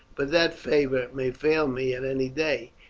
but that favour may fail me at any day,